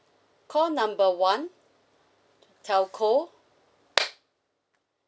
call number one telco